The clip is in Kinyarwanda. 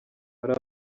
hari